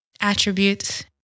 attributes